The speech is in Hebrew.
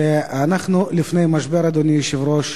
אדוני היושב-ראש,